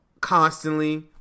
constantly